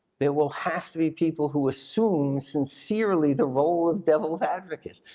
there will have to be people who assume sincerely the role of devil's advocate,